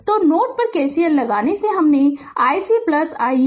तो नोड पर KCL लगाने से हमने iC iR 0 को सही बताया